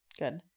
Good